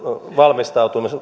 valmistautumista